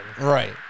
Right